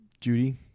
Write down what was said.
Judy